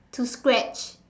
to scratch